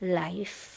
life